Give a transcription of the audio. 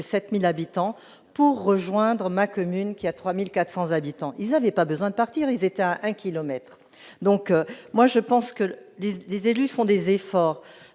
7000 habitants pour rejoindre ma commune qui a 3400 habitants, il n'avait pas besoin de partir, ils étaient à un kilomètre, donc moi je pense que disent les élus font des efforts